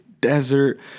Desert